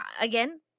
again